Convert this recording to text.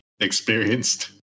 experienced